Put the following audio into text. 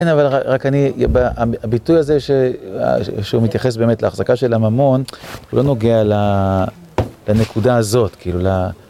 כן, אבל רק אני... הביטוי הזה שהוא מתייחס באמת להחזקה של הממון לא נוגע לנקודה הזאת, כאילו, ל...